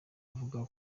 avuga